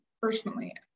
personally